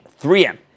3M